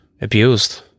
abused